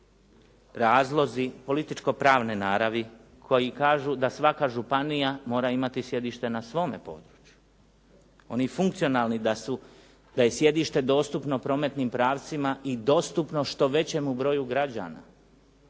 razlozi političko pravne naravi koji kažu da svaka županija mora imati sjedište na svome područje, oni funkcionalni da su, da je sjedište dostupno prometnim pravcima i dostupno što većemu broju građana.